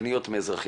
פניות מאזרחים.